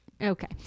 Okay